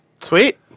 Sweet